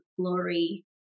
glory